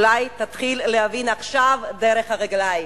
אולי תתחיל להבין עכשיו דרך הרגליים,